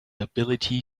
ability